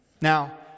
Now